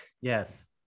Yes